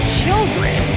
children